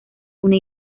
una